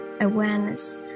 awareness